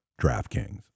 DraftKings